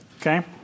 Okay